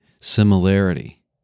similarity